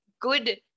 good